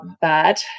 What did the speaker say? bad